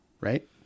right